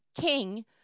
King